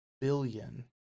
billion